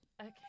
Okay